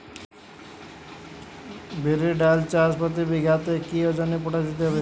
বিরির ডাল চাষ প্রতি বিঘাতে কি ওজনে পটাশ দিতে হবে?